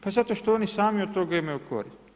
Pa zato što oni sami od toga imaju korist.